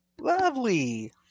Lovely